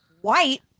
white